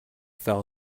fell